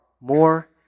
more